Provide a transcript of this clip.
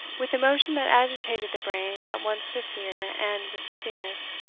with a motion that agitated the brain at once with fear and with dizziness,